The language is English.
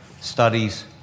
studies